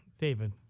David